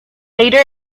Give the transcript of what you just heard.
later